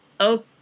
okay